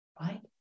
right